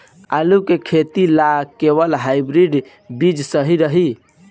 आलू के खेती ला कोवन हाइब्रिड बीज सही रही?